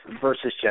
versus